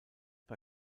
bei